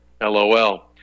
LOL